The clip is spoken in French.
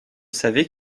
savais